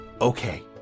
Okay